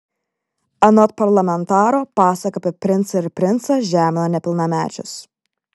anot parlamentaro pasaka apie princą ir princą žemina nepilnamečius